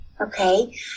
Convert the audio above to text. Okay